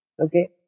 Okay